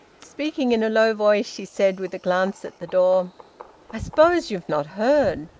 speaking in a low voice she said, with a glance at the door i suppose you've not heard.